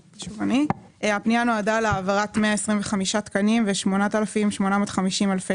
הפנייה נועדה להעברת 125 תקנים ו-8,850 אלפי